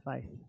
faith